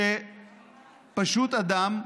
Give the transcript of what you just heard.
שאדם,